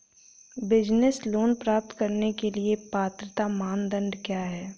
Business loan प्राप्त करने के लिए पात्रता मानदंड क्या हैं?